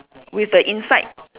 with the inside